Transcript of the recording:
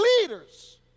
leaders